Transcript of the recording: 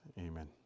Amen